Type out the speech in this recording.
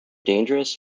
dangerous